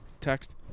Text